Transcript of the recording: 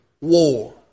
war